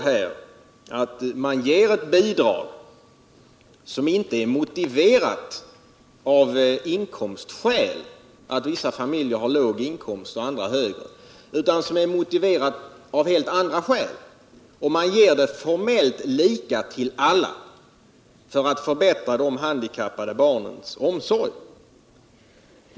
Här ger man ett bidrag som inte är motiverat av inkomstskillnader — att vissa familjer har låg inkomst och andra har högre — utan som är till för att förbättra de handikappade barnens omsorg. Bidraget är formellt lika för alla.